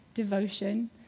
Devotion